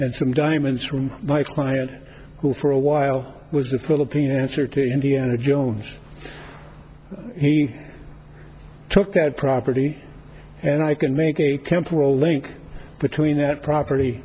and some diamonds from my client who for a while was the philippine answer to indiana jones he took that property and i can make a temporal link between that property